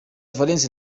valence